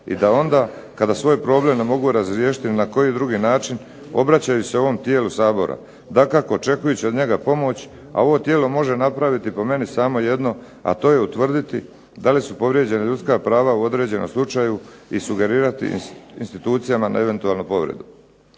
i da onda kada svoj problem ne mogu razriješiti ni na koji drugi način obraćaju se ovom tijelu Sabora. Dakako, očekujući od njega pomoć, a ovo tijelo može napraviti po meni samo jedno a to je utvrditi da li su povrijeđena ljudska prava u određenom slučaju i sugerirati institucijama na eventualnu povredu.